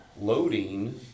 loading